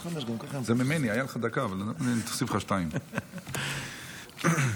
דקות, בבקשה.